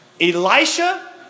Elisha